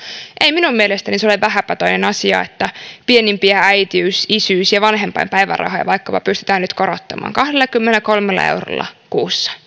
ei minun mielestäni se ole vähäpätöinen asia että vaikkapa pienimpiä äitiys isyys ja vanhempainpäivärahoja pystytään nyt korottamaan kahdellakymmenelläkolmella eurolla kuussa